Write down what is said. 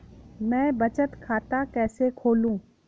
मैं बचत खाता कैसे खोलूं?